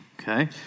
Okay